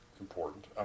important